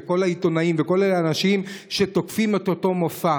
כל העיתונים וכל האנשים שתוקפים את אותו מופע.